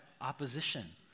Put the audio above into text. opposition